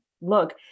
Look